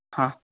हा